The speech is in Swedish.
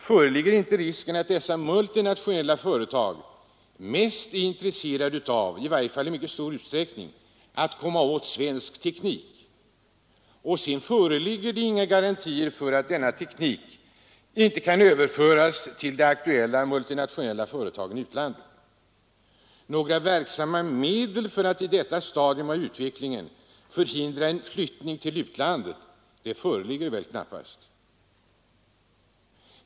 Föreligger inte risken att dessa multinationella företag mest — i varje fall i mycket stor utsträckning — är intresserade av att komma åt svensk teknik? Sedan finns det inga garantier för att denna teknik inte kan överföras till de aktuella multinationella företagen i utlandet. Några verksamma medel för att på detta stadium av utvecklingen förhindra en flyttning till utlandet föreligger väl knappast.